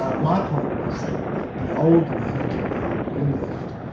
ah my point was that the the old left, and the old new left,